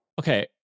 Okay